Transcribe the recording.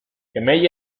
gmail